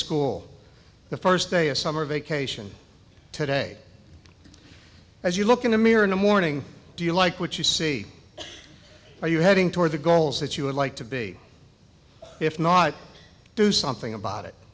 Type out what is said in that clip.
school the first day of summer vacation today as you look in the mirror in the morning do you like what you see are you heading toward the goals that you would like to be if not do something about it